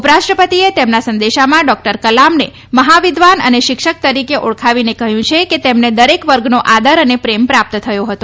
ઉપરાષ્ટ્રપતિએ તેમના સંદેશામાં ડોકટર કલામને મહા વિદ્વાન અને શિક્ષક તરીકે ઓળખાવીને કહ્યું છે કે તેમને દરેક વર્ગનો આદર અને પ્રેમ પ્રાપ્ત થયો હતો